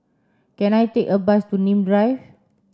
can I take a bus to Nim Drive